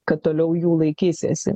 kad toliau jų laikysiesi